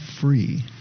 free